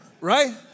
Right